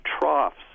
troughs